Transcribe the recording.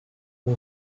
who